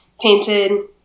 painted